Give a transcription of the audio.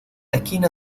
esquina